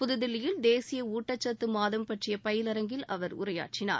புதுதில்லியில் தேசிய ஊட்டச்சத்து மாதம் பற்றிய பயிலரங்கில் அவர் உரையாற்றினார்